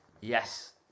Yes